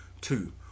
Two